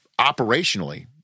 operationally